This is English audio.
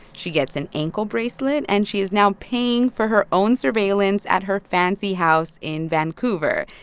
she gets an ankle bracelet, and she is now paying for her own surveillance at her fancy house in vancouver.